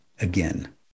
again